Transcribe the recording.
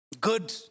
good